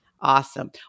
Awesome